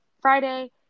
Friday